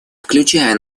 включая